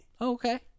okay